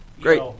Great